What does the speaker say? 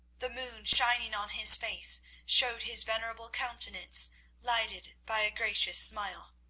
the moon shining on his face showed his venerable countenance lighted by a gracious smile.